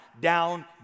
down